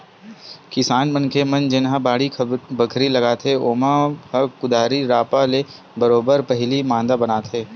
किसान मनखे मन जेनहा बाड़ी बखरी लगाथे ओमन ह कुदारी रापा ले बरोबर पहिली मांदा बनाथे